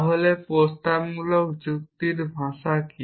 তাহলে প্রস্তাবমূলক যুক্তির ভাষা কি